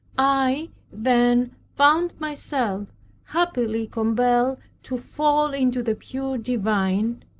i then found myself happily compelled to fall into the pure divine,